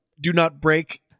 do-not-break